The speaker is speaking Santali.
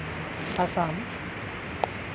ᱟᱥᱟᱢ